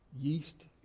yeast